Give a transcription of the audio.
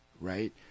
Right